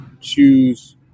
choose